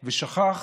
/ ושכח